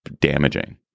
damaging